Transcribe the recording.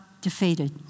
defeated